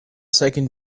can